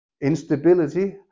Instability